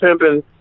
Pimpin